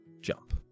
jump